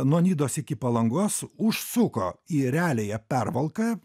nuo nidos iki palangos užsuko į realiąją pervalką